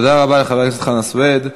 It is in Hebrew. תודה רבה לחבר הכנסת חנא סוייד.